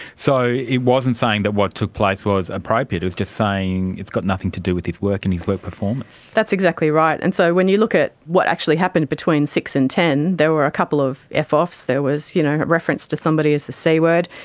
so it wasn't saying that what took place was appropriate, it's just saying it's got nothing to do with his work and his work performance. that's exactly right. and so when you look at what actually happened between six and ten, there were a couple of f offs, there was a you know reference to somebody as the c-word,